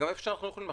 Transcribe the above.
והיכן שאנו יכולים,